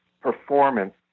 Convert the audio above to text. performance